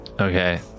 Okay